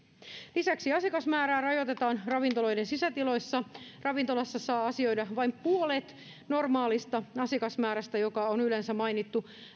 lisäksi asiakasmäärää rajoitetaan ravintoloiden sisätiloissa ravintolassa saa asioida vain puolet normaalista asiakasmäärästä joka on yleensä mainittu